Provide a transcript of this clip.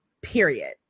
Period